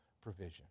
provision